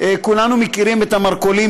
כולנו מכירים את המרכולים,